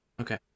Okay